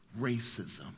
racism